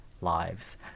lives